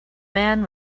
man